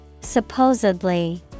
supposedly